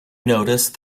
notice